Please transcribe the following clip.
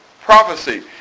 prophecy